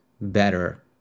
better